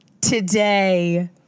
today